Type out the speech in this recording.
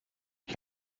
ich